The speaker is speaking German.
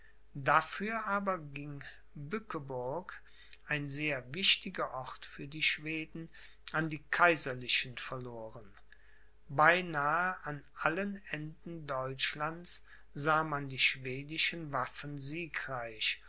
dafür aber ging bückeburg ein sehr wichtiger ort für die schweden an die kaiserlichen verloren beinahe an allen enden deutschlands sah man die schwedischen waffen siegreich